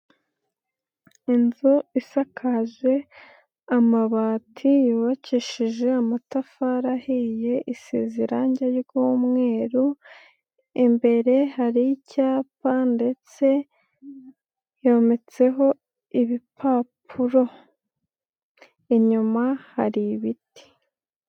Inzu isakaje amabati yubakishije amatafari ahiye, isize irangi ry'umweru, imbere hari icyapa ndetse yometseho ibipapuro, inyuma hari ibiti.